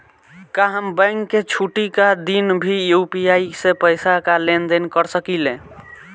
का हम बैंक के छुट्टी का दिन भी यू.पी.आई से पैसे का लेनदेन कर सकीले?